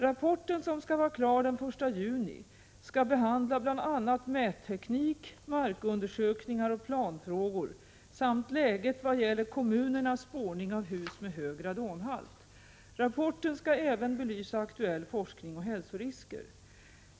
Rapporten, som skall vara klar den 1 juni, skall behandla bl.a. mätteknik, markundersökningar och planfrågor samt läget vad gäller kommunernas spårning av hus med hög radonhalt. Rapporten skall även belysa aktuell forskning och hälsorisker.